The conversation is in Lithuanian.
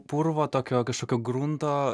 purvo tokio kažkokio grunto